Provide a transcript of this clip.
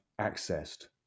accessed